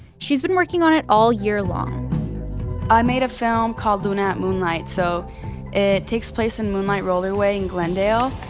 she's been working on it all year long i made a film called luna at moonlight. so it takes place in moonlight rollerway in glendale.